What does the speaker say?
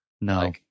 No